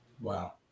Wow